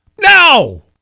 No